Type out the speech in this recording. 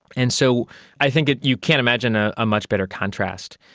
and so i think you can't imagine a ah much better contrast.